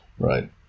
Right